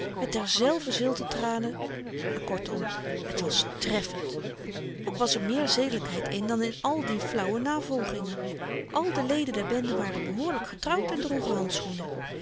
met derzelver zilte tranen kortom t was treffend ook was er meer zedelykheid in dan in al die flauwe navolgingen al de leden der bende waren behoorlyk getrouwd en droegen handschoenen